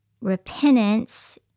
repentance